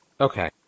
Okay